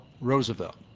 Roosevelt